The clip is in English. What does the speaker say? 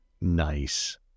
Nice